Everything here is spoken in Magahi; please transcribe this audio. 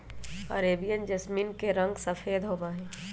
अरेबियन जैसमिन के रंग सफेद होबा हई